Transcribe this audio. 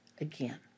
again